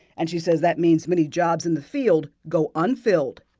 and she says that means many jobs in the field go unfilled.